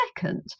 second